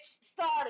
Started